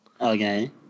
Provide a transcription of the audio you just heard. Okay